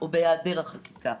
או בהיעדר החקיקה.